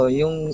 yung